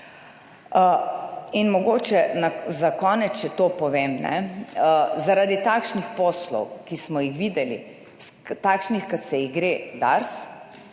In mogoče za konec še to povem. Zaradi takšnih poslov, ki smo jih videli, takšnih kot se jih gre, DARS,